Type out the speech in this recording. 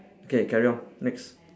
okay carry on next